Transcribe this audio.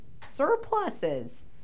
surpluses